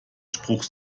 spruch